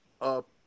up